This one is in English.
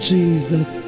Jesus